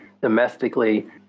domestically